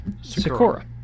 Sakura